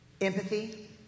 Empathy